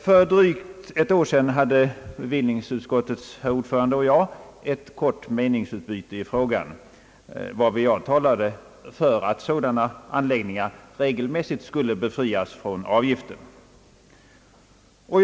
För drygt ett år sedan hade bevillningsutskottets ordförande och jag ett kort meningsutbyte i frågan, varvid jag talade för att sådana anläggningar regelmässigt skulle befrias från investeringsavgift.